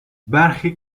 برخی